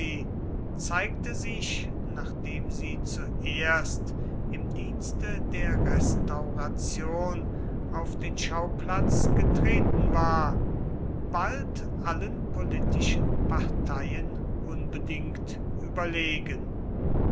zeigte sich nachdem sie zuerst im dienste der restauration auf den schauplatz getreten war bald allen politischen parteien unbedingt überlegen